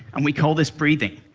and we call this breathing.